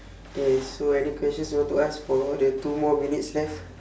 K so any question you want to ask for the two more minutes left